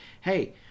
hey